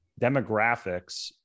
Demographics